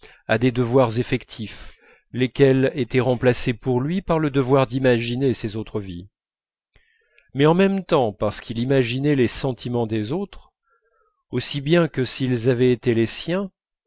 à des devoirs effectifs lesquels étaient remplacés pour lui par le devoir d'imaginer ces autres vies mais en même temps parce qu'il imaginait les sentiments des autres aussi bien que s'ils avaient été les siens